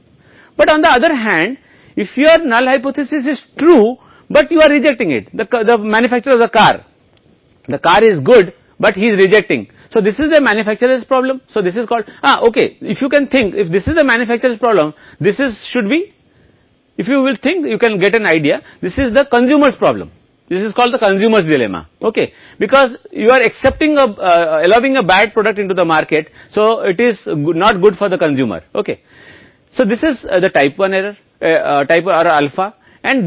तो यह उपभोक्ता के लिए ठीक नहीं है इसलिए यह टाइप 1 त्रुटि या α है और यह फिर से त्रुटि चरण नहीं है इसलिए यह दो त्रुटियां नहीं हैं और यह दो त्रुटियों का मामला है सिस्टम केस जहां आप देखते हैं और यह फिर से नो एरर स्टेज है इसलिए यह दो एरर नहीं हैं और यह दो त्रुटियों का मामला है इसलिए अब इस कानूनी प्रणाली के मामले को भारत में देखें या जहाँ आप देखते हैं जब तक किसी को दोषी नहीं पाया जाता तब तक कई निर्दोष हैं